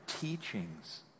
teachings